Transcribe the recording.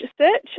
search